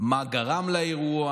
מה גרם לאירוע,